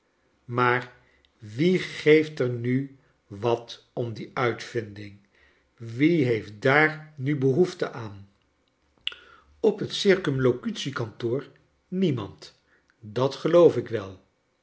maar wie geeft er nu wat om die uitvinding wie heeft daar nu behoefte aan op het oircumlocutie kantoor niemand dat geloof ik wel